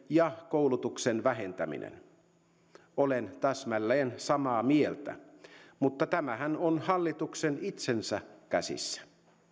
ja koulutuksen väheneminen olen täsmälleen samaa mieltä mutta tämähän on hallituksen itsensä käsissä